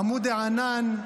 עמוד הענן,